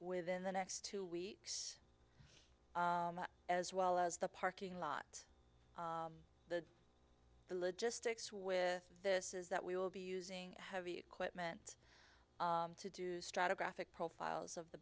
within the next two weeks as well as the parking lot the the logistics with this is that we will be using heavy equipment to do stratigraphic profiles of the